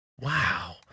Wow